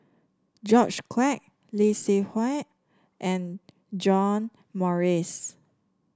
George Quek Lee Seng Huat and John Morrice